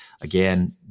again